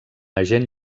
agent